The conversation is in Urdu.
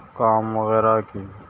کام وغیرہ کی